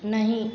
नहीं